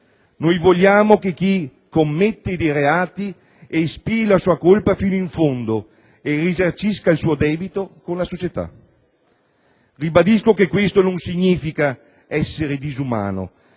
Noi vogliamo che chi commette dei reati espii la sua colpa fino in fondo e risarcisca il suo debito con la società. Ribadisco che questo non significa essere disumani;